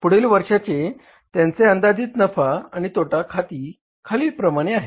पुढील वर्षाचे त्यांचे अंदाजित नफा आणि तोटा खाती खालीलप्रमाणे आहेत